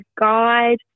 guide